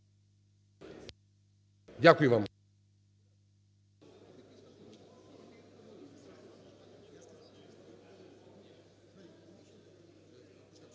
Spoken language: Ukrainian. Дякую вам.